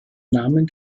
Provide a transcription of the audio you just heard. namen